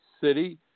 city